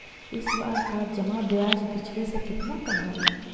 इस बार का जमा ब्याज पिछले से कितना कम हइ